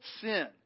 sin